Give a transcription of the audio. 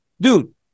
dude